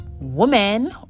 woman